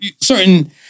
certain